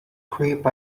creep